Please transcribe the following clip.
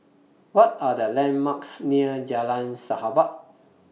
What Are The landmarks near Jalan Sahabat